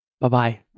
Bye-bye